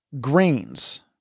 grains